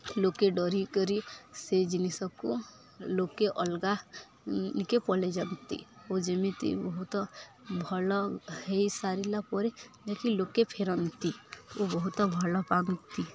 ଲୋକେ ଡରି କରି ସେଇ ଜିନିଷକୁ ଲୋକେ ଅଲଗା ନିକେ ପଳେଇଯାନ୍ତି ଓ ଯେମିତି ବହୁତ ଭଲ ହେଇ ସାରିଲା ପରେ ଯାହାକି ଲୋକେ ଫେରନ୍ତି ଓ ବହୁତ ଭଲ ପାଆନ୍ତି